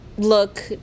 look